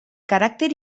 caràcter